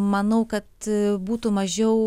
manau kad būtų mažiau